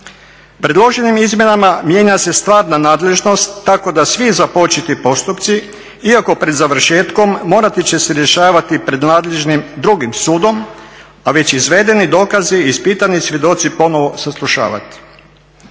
Predloženim izmjenama mijenja se stvarna nadležnost, tako da svi započeti postupci iako pred završetkom morati će se rješavati pred nadležnim drugim sudom, a već izvedeni dokazi, ispitani svjedoci ponovo saslušavati.